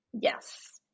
Yes